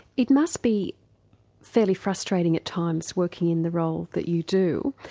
it must be fairly frustrating at times working in the role that you do.